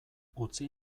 utzi